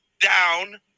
down